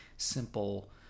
simple